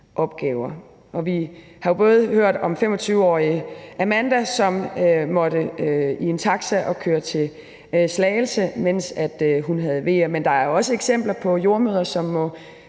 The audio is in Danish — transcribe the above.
opgaver. Vi har jo ikke alene hørt om 25-årige Amanda, som måtte i en taxa og køre til Slagelse, mens hun havde veer. Der er også eksempler på jordemødre, som må